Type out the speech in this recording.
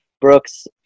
Brooks